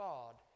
God